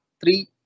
three